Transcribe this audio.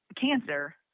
cancer